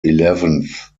eleventh